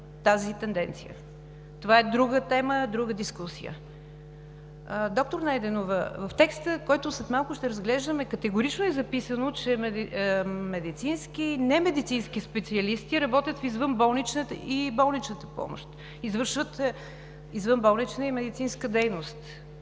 тази тенденция. Това е друга тема, друга дискусия. Доктор Найденова, в текста, който след малко ще разглеждаме, категорично е записано, че немедицински специалисти работят в извънболничната и болничната помощ, извършват извънболнична и медицинска дейност.